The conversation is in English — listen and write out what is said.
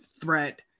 threat